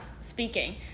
speaking